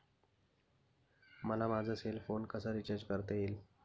मला माझा cell phone कसा रिचार्ज करता येईल?